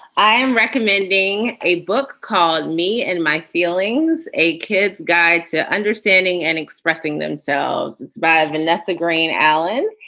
i am recommending a book called me and my feelings a kid's guide to understanding and expressing themselves. it's by vanessa green alan.